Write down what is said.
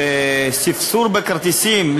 שספסור בכרטיסים,